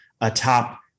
atop